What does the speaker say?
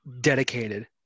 dedicated